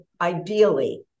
ideally